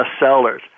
bestsellers